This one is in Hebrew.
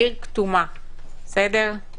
עיר כתומה, אם